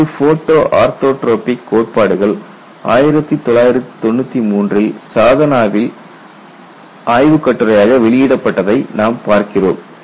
பல்வேறு photo orthotropic கோட்பாடுகள் 1993 ல் சாதனாவில் ஆய்வுக் கட்டுரையாக வெளியிடப்பட்டதை நாம் பார்க்கிறோம்